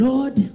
Lord